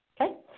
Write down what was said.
okay